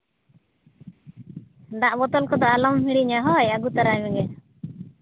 ᱫᱟᱜ ᱵᱳᱛᱚᱞ ᱠᱚᱫᱚ ᱟᱞᱚᱢ ᱦᱤᱲᱤᱧᱟ ᱟᱹᱜᱩ ᱛᱚᱨᱟᱭ ᱢᱮᱜᱮ